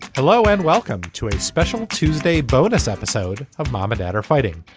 hello and welcome to a special tuesday bonus episode of mom and dad are fighting.